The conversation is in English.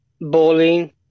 bowling